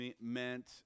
meant